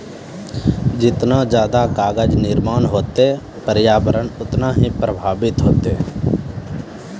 जतना जादे कागज निर्माण होतै प्रर्यावरण उतना ही प्रभाबित होतै